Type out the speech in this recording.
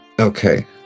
okay